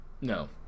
No